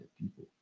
people